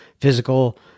physical